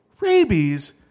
rabies